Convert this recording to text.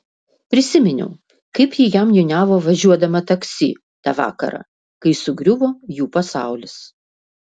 prisiminiau kaip ji jam niūniavo važiuodama taksi tą vakarą kai sugriuvo jų pasaulis